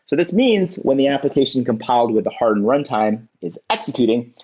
so this means when the application compiled with the hardened runtime is executing,